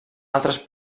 altres